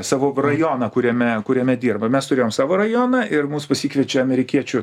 savo rajoną kuriame kuriame dirba mes turėjom savo rajoną ir mus pasikviečia amerikiečių